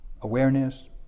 awareness